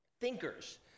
Thinkers